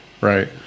right